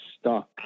stuck